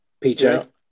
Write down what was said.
PJ